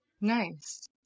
nice